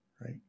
Right